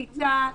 מחיצה,